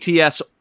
ATS